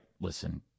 listen